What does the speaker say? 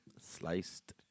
Sliced